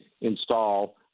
install